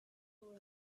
for